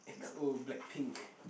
X_O black pink